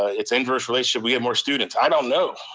it's inverse relationship, we have more students. i don't know.